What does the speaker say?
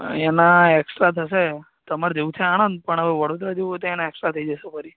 એના એકસ્ટ્રા થશે તમારે જવું છે આણંદ પણ હવે વડોદરા જવું હોય તો એના એકસ્ટ્રા થઈ જશે ફરી